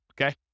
okay